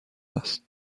است